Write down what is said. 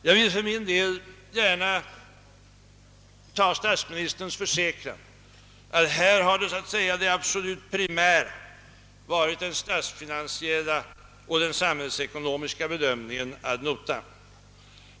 Jag vill för min del gärna ta statsministerns försäkran, att den statsfinansiella och samhällsekonomiska bedöm ningen varit det absolut primära, ad notam.